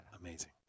amazing